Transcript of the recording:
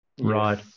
Right